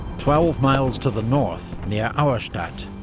twelve miles to the north near auerstadt,